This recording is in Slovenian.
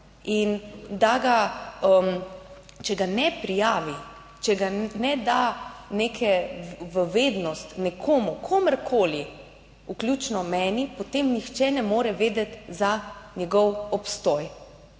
In če ga ne prijavi, če ga ne da neke v vednost nekomu, komurkoli, vključno meni, potem nihče ne more vedeti za njegov obstoj.